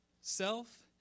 self